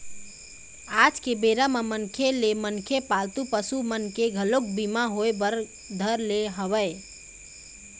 आज के बेरा म मनखे ते मनखे पालतू पसु मन के घलोक बीमा होय बर धर ले हवय